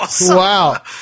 Wow